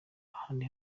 ahandi